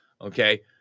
Okay